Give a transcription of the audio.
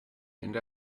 and